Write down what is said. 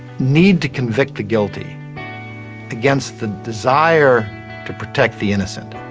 need to convict the guilty against the desire to protect the innocent,